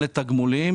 לתגמולים,